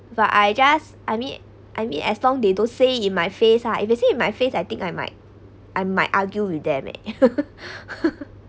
but I just I mean I mean as long they don't say in my face lah if they say in my face I think I might I might argue with them eh